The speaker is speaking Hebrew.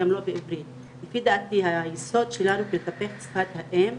גם לא בעברית לפי דעתי היסוד שלנו לטפח את שפת האם,